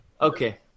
Okay